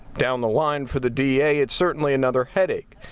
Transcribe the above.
down the line for the d a, it's certainly another headache,